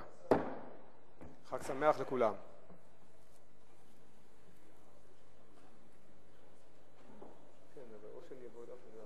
16:00. ישיבה זו